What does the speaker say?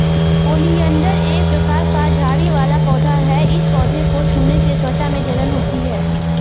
oleander एक प्रकार का झाड़ी वाला पौधा है इस पौधे को छूने से त्वचा में जलन होती है